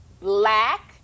black